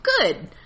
good